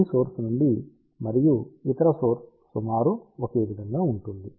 ఈ సోర్స్ నుండి మరియు ఇతర సోర్స్ సుమారు ఒకే విధంగా ఉంటుంది